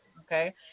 okay